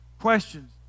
questions